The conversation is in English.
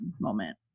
moment